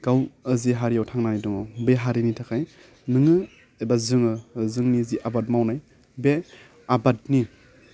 गाव ओह जे हारियाव थांनानै दङ बे हारिनि थाखाय नोङो एबा जोङो जोंनि जि आबाद मावनाय बे आबादनि